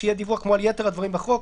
שיהיה דיווח כמו על יתר הדברים בחוק.